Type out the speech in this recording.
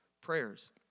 prayers